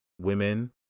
women